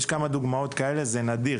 יש כמה דוגמאות כאלה, זה נדיר